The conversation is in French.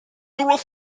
trois